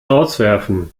rauswerfen